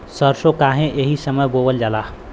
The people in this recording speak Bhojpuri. सरसो काहे एही समय बोवल जाला?